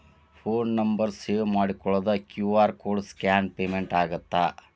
Phone number save ಮಾಡಿಕೊಳ್ಳದ QR code scan payment ಆಗತ್ತಾ?